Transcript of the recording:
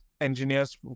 engineers